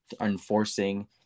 enforcing